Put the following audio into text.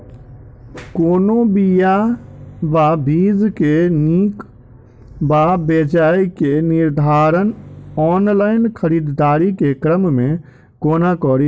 कोनों बीया वा बीज केँ नीक वा बेजाय केँ निर्धारण ऑनलाइन खरीददारी केँ क्रम मे कोना कड़ी?